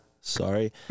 sorry